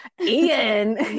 Ian